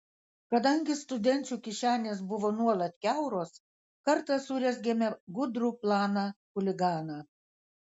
kadangi studenčių kišenės buvo nuolat kiauros kartą surezgėme gudrų planą chuliganą